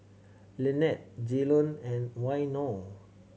Lynnette Jaylon and Waino